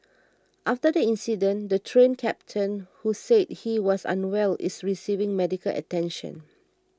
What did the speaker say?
after the incident the Train Captain who said he was unwell is receiving medical attention